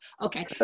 Okay